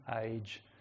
age